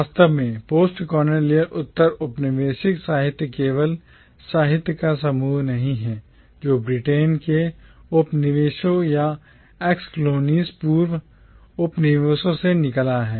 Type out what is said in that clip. वास्तव में postcolonial उत्तर औपनिवेशिक साहित्य केवल साहित्य का समूह नहीं है जो Britain ब्रिटेन के उपनिवेशों या ex colonies पूर्व उपनिवेशों से निकला है